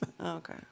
okay